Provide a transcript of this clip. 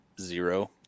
zero